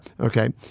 Okay